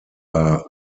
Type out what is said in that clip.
war